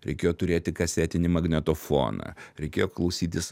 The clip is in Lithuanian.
reikėjo turėti kasetinį magnetofoną reikėjo klausytis